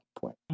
point